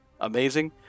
amazing